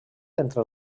entre